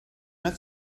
met